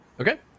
okay